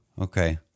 okay